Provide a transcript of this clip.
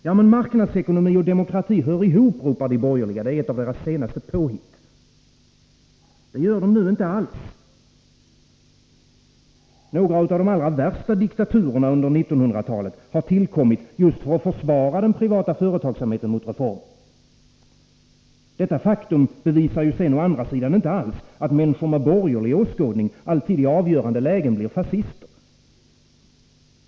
Ja, men marknadsekonomi och demokrati hör ihop, ropar de borgerliga. Det är ett av deras senaste påhitt. Det gör de inte alls. Några av de värsta diktaturerna under 1900-talet har tillkommit just för att försvara den privata företagsamheten mot reformer. Detta faktum bevisar ju sedan å andra sidan inte alls att människor med borgerlig åskådning alltid i avgörande lägen blir fascister.